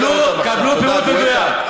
קבלו פירוט מדויק.